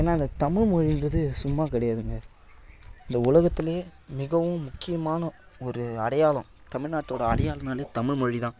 ஏன்னால் இந்த தமிழ் மொழி என்பது சும்மா கிடையாதுங்க இந்த உலகத்துலேயே மிகவும் முக்கியமான ஒரு அடையாளம் தமிழ்நாட்டோட அடையாளம்னாலே தமிழ் மொழி தான்